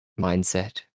mindset